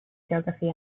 geography